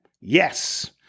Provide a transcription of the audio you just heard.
Yes